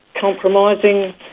compromising